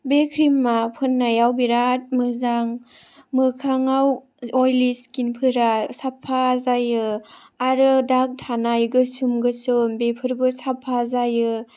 बे ख्रिमाव फुननायाव बिराद मोजां मोखाङाव अयलि स्खिनफोरा साफा जायो आरो दाग थानाय गोसोम गोसोम बेफोरबो साफा जायो